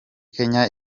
kenya